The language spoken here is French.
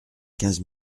quinze